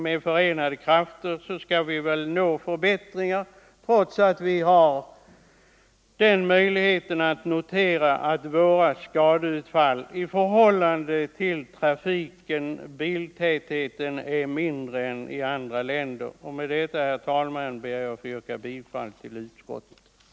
Med förenade krafter skall vi väl kunna nå förbättringar, även om vi kan notera att våra skadefall i förhållande till trafiken och biltätheten är färre än i andra länder. Med detta ber jag, herr talman, att få yrka bifall till utskottets hemställan.